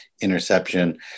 interception